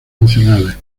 nacionales